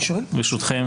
ברשותכם,